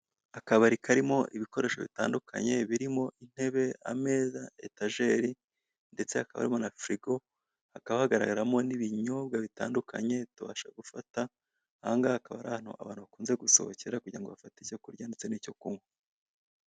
Akabari karimo ibikoresho bitandukanye birimo intebe, ameza etageri ndetse hakaba harimo na firigo, hakagaramo n'ibinyobwa bitandukanye tubasha gufata aha ngaha hakaba hari abantu bakunze gusohokera kugira ngo bafate icyo kurya ndetse n'icyo kunywa.